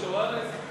תודה,